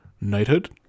knighthood